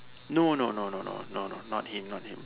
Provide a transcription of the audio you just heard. no no no no no no no not him not him